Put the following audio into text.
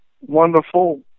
wonderful